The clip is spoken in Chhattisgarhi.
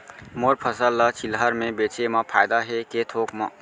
मोर फसल ल चिल्हर में बेचे म फायदा है के थोक म?